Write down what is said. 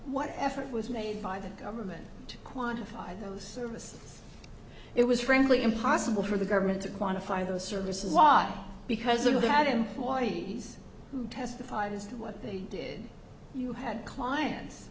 what effort was made by the government to quantify those services it was frankly impossible for the government to quantify those services why because of that employees who testified as to what they did you had clients